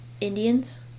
indians